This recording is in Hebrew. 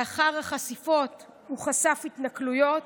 לאחר החשיפות הוא חשף התנכלויות,